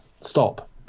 stop